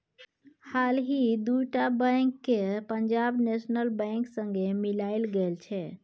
हालहि दु टा बैंक केँ पंजाब नेशनल बैंक संगे मिलाएल गेल छै